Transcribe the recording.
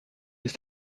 ist